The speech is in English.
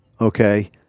okay